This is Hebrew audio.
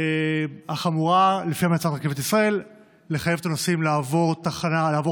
אך לפי המלצת רכבת ישראל זה אמור לחייב את הנוסעים לעבור רכבת